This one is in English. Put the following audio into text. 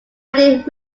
adding